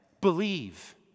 believe